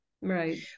Right